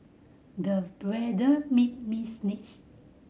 the weather made me sneeze